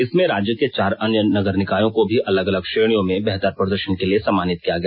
इसमें राज्य के चार अन्य नगर निकायों को भी अलग अलग श्रेणियों में बेहतर प्रदर्शन के लिए सम्मानित किया गया